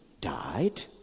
died